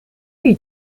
you